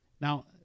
Now